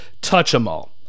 Touch-Em-All